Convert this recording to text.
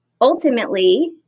ultimately